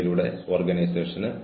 അവർക്ക് ന്യായമായ സമയപരിധി നൽകണം